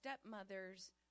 stepmother's